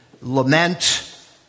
lament